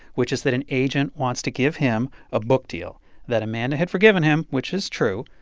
which is that an agent wants to give him a book deal that amanda had forgiven him, which is true.